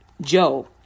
Joe